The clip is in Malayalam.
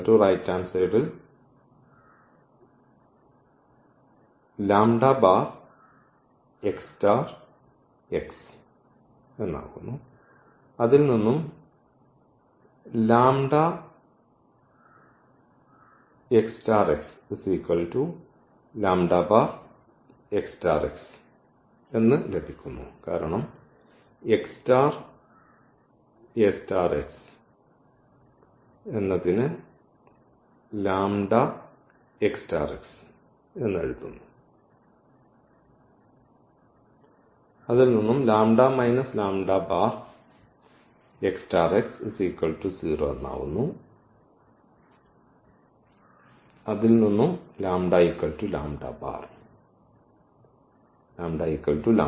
is real